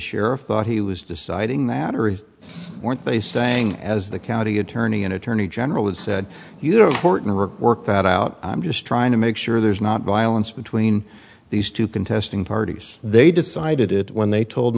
sheriff thought he was deciding that or is weren't they saying as the county attorney an attorney general has said you don't fortner work that out i'm just trying to make sure there's not violence between these two contesting parties they decided it when they told